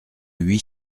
huit